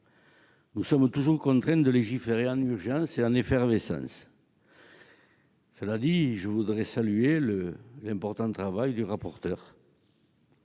Nous sommes toujours contraints de légiférer dans l'urgence et l'effervescence. Cela étant, je salue à mon tour l'important travail du rapporteur.